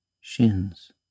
shins